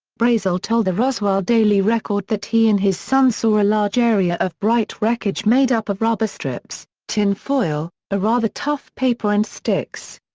brazel told the roswell daily record that he and his son saw a large area of bright wreckage made up of rubber strips, tinfoil, a rather tough paper and sticks.